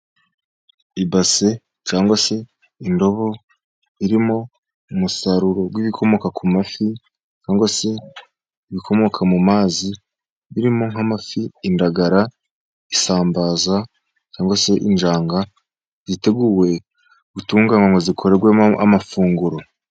Ibase cyangwa se indobo irimo umusaruro w'ibikomoka ku mafi cyangwa se ibikomoka mu mazi, birimo nk'amafi, indagara, isambaza cyangwa se injanga ziteguwe gutunganywa ngo zikorwemo amafunguro.